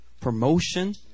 promotion